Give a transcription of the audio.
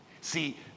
See